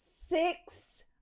Six